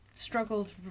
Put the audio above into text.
struggled